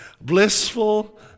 Blissful